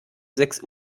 sechs